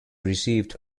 received